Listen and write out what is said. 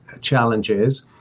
challenges